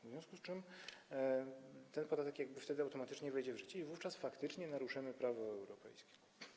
W związku z tym ten podatek automatycznie wejdzie w życie i wówczas faktycznie naruszymy prawo europejskie.